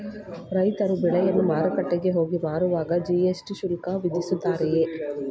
ರೈತರು ಬೆಳೆಯನ್ನು ಮಾರುಕಟ್ಟೆಗೆ ಹೋಗಿ ಮಾರುವಾಗ ಜಿ.ಎಸ್.ಟಿ ಶುಲ್ಕ ವಿಧಿಸುತ್ತಾರೆಯೇ?